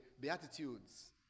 Beatitudes